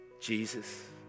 Jesus